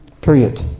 Period